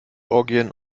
orgien